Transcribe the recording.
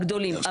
הגדולים.